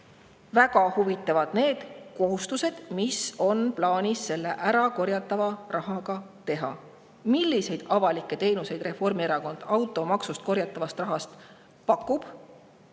väga huvitavad need kohustused, mis on plaanis selle ärakorjatava rahaga [täita]. Milliseid avalikke teenuseid Reformierakond automaksuna korjatava raha eest pakub